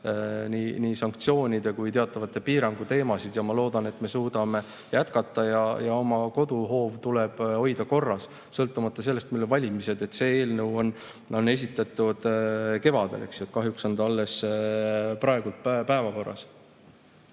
nii sanktsioonide kui ka teatavate piirangu teemasid. Ma loodan, et me suudame samamoodi jätkata. Ja oma koduhoov tuleb hoida korras, sõltumata sellest, millal on valimised. See eelnõu on esitatud kevadel, eks ju. Kahjuks on ta alles praegu päevakorras.